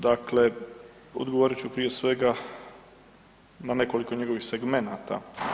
Dakle, odgovorit ću prije svega na nekoliko njegovih segmenata.